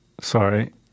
Sorry